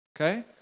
Okay